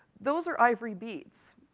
those are ivory beads.